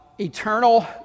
eternal